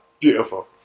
Beautiful